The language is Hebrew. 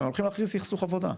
הם הולכים להכריז סכסוך עבודה.